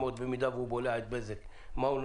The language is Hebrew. עובדים במידה והוא בולע את בזק בינלאומי.